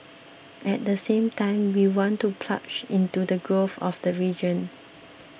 at the same time we want to plug into the growth of the region